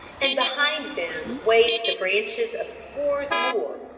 and behind them waved the branches of scores more,